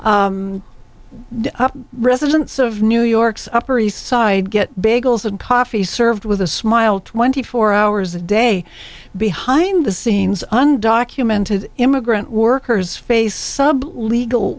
residents of new york's upper east side get bagels and coffee served with a smile twenty four hours a day behind the scenes undocumented immigrant workers face sub legal